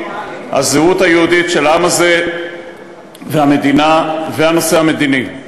הזהות היהודית של העם הזה והמדינה והנושא המדיני.